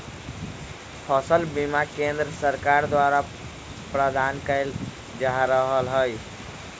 फसल बीमा केंद्र सरकार द्वारा प्रदान कएल जा रहल हइ